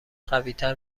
قویتر